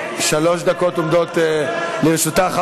שלוש דקות עומדות לרשותך.